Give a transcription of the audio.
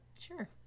Sure